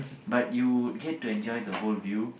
but you would get to enjoy the whole view